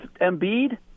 Embiid